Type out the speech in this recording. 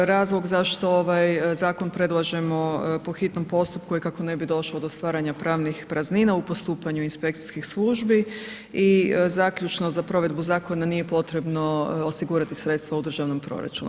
Razlog zašto ovaj zakon predlažemo po hitnom postupku je kako ne bi došlo do stvaranja pravnih praznina u postupanju inspekcijskih službi i zaključno, za provedbu zakona nije potrebno osigurati sredstva u državnom proračunu.